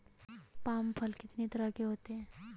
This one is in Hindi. पाम फल कितनी तरह के होते हैं?